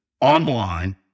online